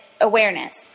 awareness